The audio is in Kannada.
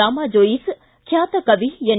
ರಾಮಾಜೋಯಿಸ್ ಖ್ಯಾತ ಕವಿ ಎನ್